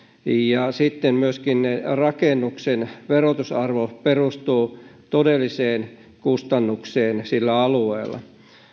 sitten myöskin rakennuksen verotusarvo perustuu todelliseen kustannukseen sillä alueella